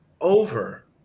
over